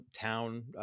town